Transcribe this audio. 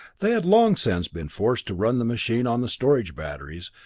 they had long since been forced to run the machine on the storage batteries,